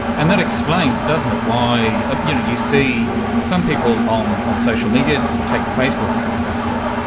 and that explains, doesn't it, why you see some people on on social media take facebook, for example.